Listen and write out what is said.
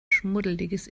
schmuddeliges